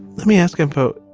let me ask him so